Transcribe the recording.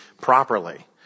properly